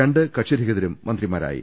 രണ്ട് കക്ഷിരഹിതരും മന്ത്രിമാരായി